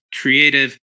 creative